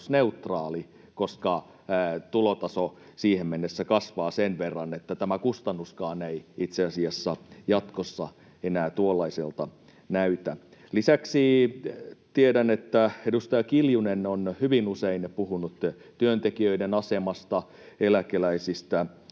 koska tulotaso siihen mennessä kasvaa sen verran, että tämä kustannuskaan ei itse asiassa jatkossa enää tuollaiselta näytä? Lisäksi tiedän, että edustaja Kiljunen on hyvin usein puhunut työntekijöiden asemasta, eläkeläisistä.